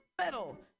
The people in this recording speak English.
metal